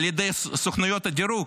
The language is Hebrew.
על ידי סוכנויות הדירוג.